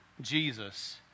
Jesus